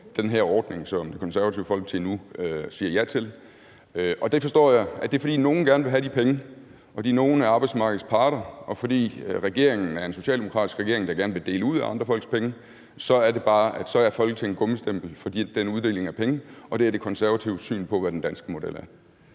den her ordning, som Det Konservative Folkeparti nu siger ja til, og det forstår jeg er, fordi nogle gerne vil have de penge. Fordi nogle af arbejdsmarkedets parter og fordi regeringen, som er en socialdemokratisk regering, der gerne vil dele ud af andre folks penge, vil det, så er det bare, at Folketinget er gummistempel for den uddeling af penge. Og det er De Konservatives syn på, hvad den danske model er.